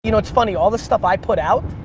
you know, it's funny all the stuff i put out,